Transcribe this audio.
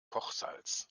kochsalz